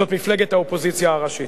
זאת מפלגת האופוזיציה הראשית.